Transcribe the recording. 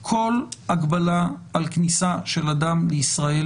כל הגבלה על כניסה של אדם לישראל